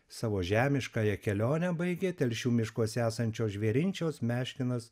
savo žemiškąją kelionę baigė telšių miškuose esančio žvėrinčiaus meškinas